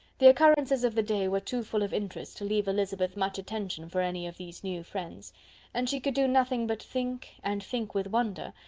the occurrences of the day were too full of interest to leave elizabeth much attention for any of these new friends and she could do nothing but think, and think with wonder,